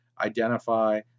identify